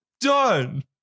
Done